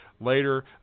Later